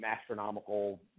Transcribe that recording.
astronomical